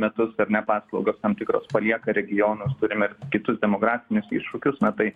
metus ar ne paslaugos tam tikros palieka regionus turime kitus demografinius iššūkius na tai